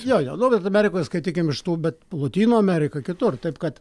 jo jo nu bet amerikoj skaitykim iš tų bet lotynų amerika kitur taip kad